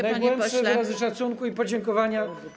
Najgłębsze wyrazy szacunku i podziękowania.